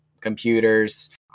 computers